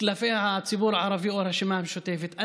כלפי הציבור הערבי או הרשימה המשותפת,